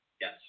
yes